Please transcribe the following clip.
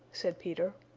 said peter.